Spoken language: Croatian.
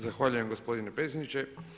Zahvaljujem gospodine predsjedniče.